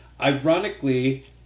Ironically